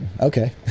Okay